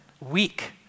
weak